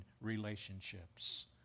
relationships